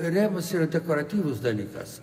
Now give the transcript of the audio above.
rėmas yra dekoratyvūs dalykas